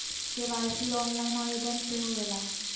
KYC online आवेदन से होवे ला?